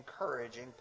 encouraging